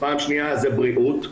פעם שנייה זה בריאות,